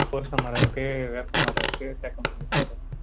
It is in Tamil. புரசு மரம் இருக்குது வேப்பமரம் இருக்குது தேக்கு மரம்